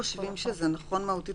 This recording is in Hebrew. חייבים שהכול יהיה עסקת